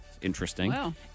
interesting